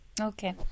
Okay